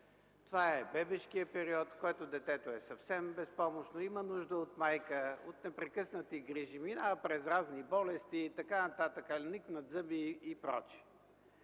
Това е бебешкият период, в който детето е съвсем безпомощно, има нужда от майка, от непрекъснати грижи, минава през разни болести, никнат зъби и прочие.